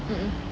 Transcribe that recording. mmhmm